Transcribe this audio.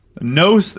no